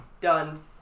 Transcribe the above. done